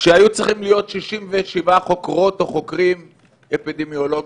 שהיו צריכים להיות 67 חוקרות או חוקרים אפידמיולוגיים,